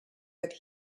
that